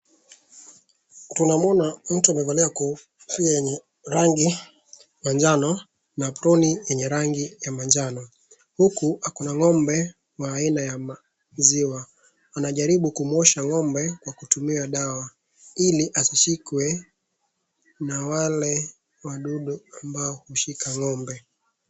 Tunamuona mtu amevalia kofia yenye rangi majano na aproni yenye rangi ya majano, huku ako ng'ombe wa aina ya maziwa. Anajaribu kumuosha ng'ombe kwa kutumia dawa ili asishikwe na wale wadudu ambao hushika ng'ombe.